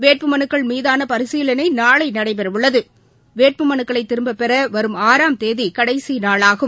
வேட்பு மனுக்கள் மீதானபரிசீலனைநாளைநடைபெறவுள்ளது வேட்பு மனுக்களைதிரும்பபெறவரும் ஆறாம் தேதிகடைசிநாளாகும்